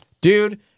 Dude